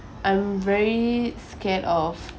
I'm very scared of